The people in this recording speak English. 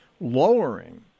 lowering